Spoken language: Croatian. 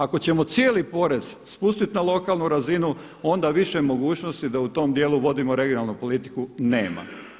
Ako ćemo cijeli porez spustiti na lokalnu razinu, onda više mogućnosti da u tom dijelu vodimo regionalnu politiku nema.